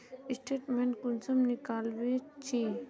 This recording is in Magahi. स्टेटमेंट कुंसम निकलाबो छी?